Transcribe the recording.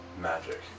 magic